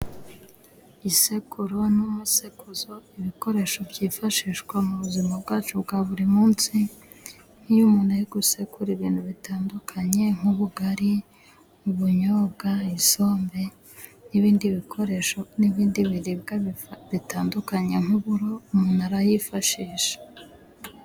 Isekururo n'umuseguzo,n' ibikoresho byifashishwa mu buzima bwacu bwa buri munsi ,nk'iyo umuntu ari gusekura ibintu bitandukanye, nk'ubugari ,ubunyobwa, isombe, N'ibindi biribwa bitandukanye ,nk'uburo, umuntu arayifashisha.